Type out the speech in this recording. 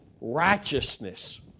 righteousness